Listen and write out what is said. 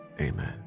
amen